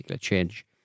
change